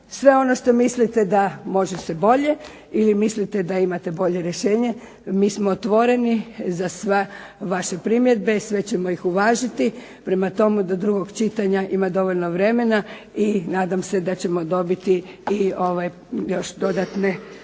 Sve ono što mislite da može se bolje ili imate bolje rješenje, mi smo otvoreni za sve vaše primjedbe, sve ćemo ih uvažiti. Prema tome, do drugog čitanja ima dovoljno vremena i nadam se da ćemo dobiti još dodatne